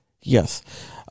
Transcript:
Yes